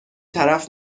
طرف